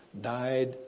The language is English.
died